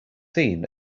seen